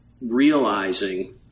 realizing